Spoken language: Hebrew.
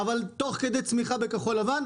תוך כדי צמיחה בכחול-לבן.